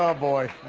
um boy.